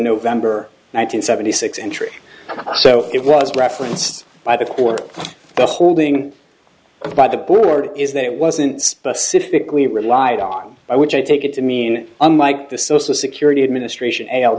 november nineteenth seventy six entry so it was referenced by the court the holding about the board is that it wasn't specifically relied on i which i take it to mean unlike the social security administration